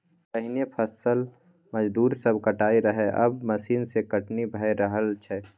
पहिने फसल मजदूर सब काटय रहय आब मशीन सँ कटनी भए रहल छै